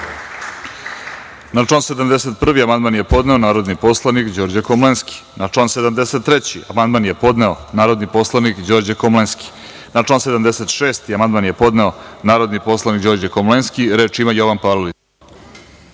Na član 71. amandman je podneo narodni poslanik Đorđe Komlenski. Na član 73. amandman je podneo narodni poslanik Đorđe Komlenski. Na član 76. amandman je podneo narodni poslanik Đorđe Komlenski. Reč ima Jovan Palalić.